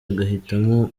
agahitamo